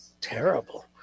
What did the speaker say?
terrible